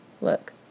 Look